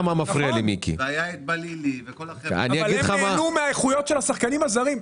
היה את בלילי --- הם נהנו מהאיכויות של השחקנים הזרים.